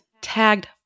tagged